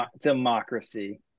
democracy